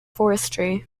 forestry